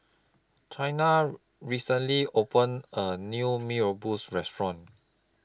Chynna recently opened A New Mee Rebus Restaurant